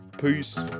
Peace